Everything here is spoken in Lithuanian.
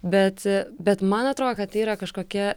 bet bet man atrodo kad tai yra kažkokia